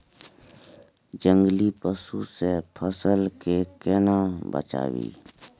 जंगली पसु से फसल के केना बचावी?